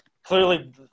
Clearly